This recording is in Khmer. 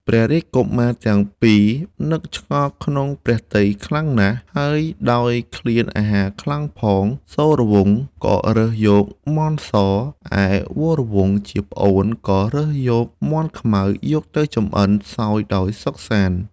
ព្រះរាជ កុមារទាំងពីរ នឹកឆ្ងល់ក្នុងព្រះទ័យខ្លាំងណាស់ហើយដោយឃ្លានអាហារខ្លាំងពេលផង សូរវង្សក៏រើសយកមាន់ស ឯវរវង្សជាប្អូនក៏រើសយកមាន់ខ្មៅយកទៅចម្អិនសោយដោយសុខសាន្ត ។